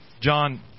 John